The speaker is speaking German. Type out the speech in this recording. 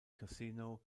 casino